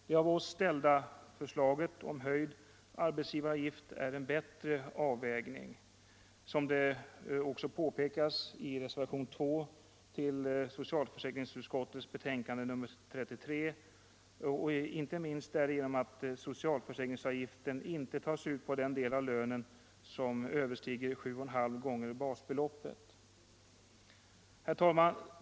Det av oss ställda förslaget om höjd arbetsgivaravgift är en bättre avvägning — som det också påpekas i reservationen 2 till socialförsäkringsutskottets betänkande nr 33 — inte minst därigenom att socialförsäkringsavgiften inte tas ut på den del av lönen som överstiger 7,5 gånger basbeloppet. Herr talman!